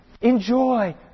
Enjoy